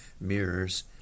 mirrors